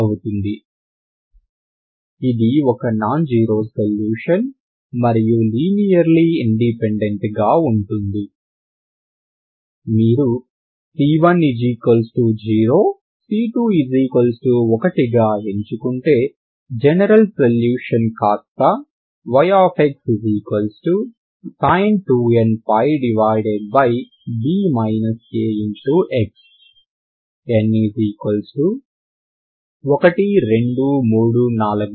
అవుతుంది ఇది ఒక నాన్ జీరో సొల్యూషన్ మరియు లీనియర్లీ ఇండిపెండెంట్ గా ఉంటుంది మీరు c10 c21 గా ఎంచుకుంటే జెనెరల్ సొల్యూషన్ కాస్తా ⟹yxsin 2nπb a xn1234